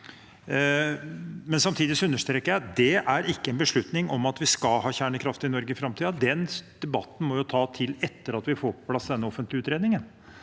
Samtidig understreker jeg at dette ikke er en beslutning om at vi skal ha kjernekraft i Norge i framtiden. Den debatten må vi ta etter at vi har fått på plass denne offentlige utredningen,